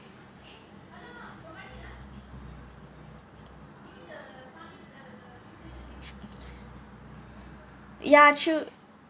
ya true